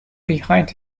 behind